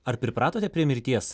ar pripratote prie mirties